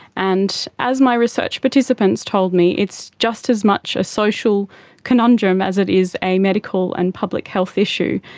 and as my research participants told me, it's just as much a social conundrum as it is a medical and public health issue.